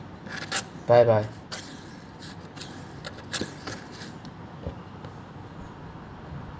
bye bye